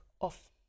off